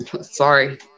sorry